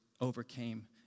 overcame